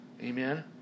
amen